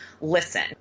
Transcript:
listen